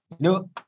No